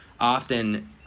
often